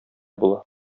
була